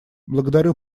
благодарю